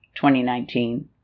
2019